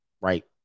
right